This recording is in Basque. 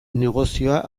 negozioa